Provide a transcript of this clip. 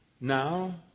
Now